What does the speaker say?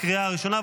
לקריאה הראשונה.